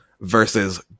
versus